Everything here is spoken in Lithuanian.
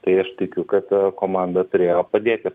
tai aš tikiu kad komanda turėjo padėti